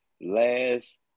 last